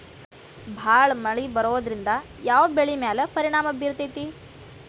ಭಾಳ ಮಳಿ ಬರೋದ್ರಿಂದ ಯಾವ್ ಬೆಳಿ ಮ್ಯಾಲ್ ಪರಿಣಾಮ ಬಿರತೇತಿ?